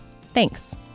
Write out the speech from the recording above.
Thanks